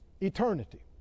Eternity